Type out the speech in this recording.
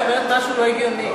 את אומרת משהו לא הגיוני.